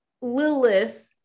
Lilith